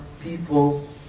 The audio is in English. people